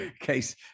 case